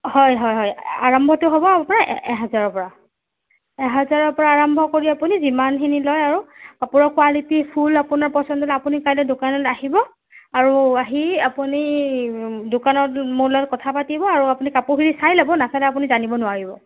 হয় হয় হয় আৰম্ভটো হ'ব আপোনাৰ এহেজাৰৰ পৰা এহেজাৰৰ পৰা আৰম্ভ কৰি আপুনি যিমানখিনি লয় আৰু কাপোৰৰ কোৱালিটি ফুল আপোনাৰ পছন্দ হ'লে আপুনি কাইলে দোকানলৈ আহিব আৰু আহি আপুনি দোকানত মোৰ লগত কথা পাতিব আৰু আপুনি কাপোৰখিনি চাই ল'ব নাচালে আপুনি জানিব নোৱাৰিব